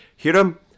hiram